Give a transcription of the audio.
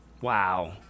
Wow